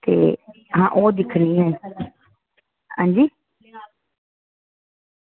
आं ओह् दिक्खनी ऐ अंजी